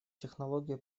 технологию